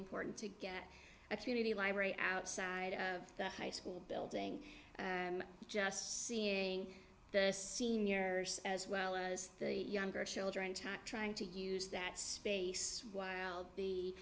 important to get a community library outside of the high school building just seeing the senior as well as the younger children type trying to use that space while the